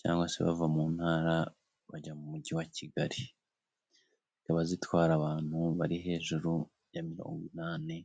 cyangwa se bava mu ntara bajya mu mugi wa Kigali, ziba zitwara abantu bari hejuru ya mirongwinani.